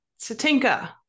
Satinka